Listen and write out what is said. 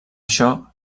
això